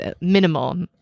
minimal